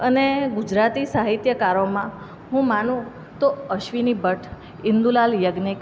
અને ગુજરાતી સાહિત્યકારોમાં હું માનું તો અશ્વિની ભટ્ટ ઇન્દુલાલ યાજ્ઞિક